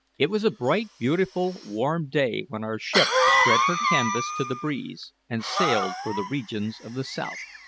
it was a bright, beautiful, warm day when our ship spread her canvas to the breeze and sailed for the regions of the south.